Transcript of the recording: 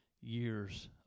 years